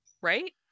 right